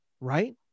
right